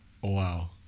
Wow